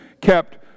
kept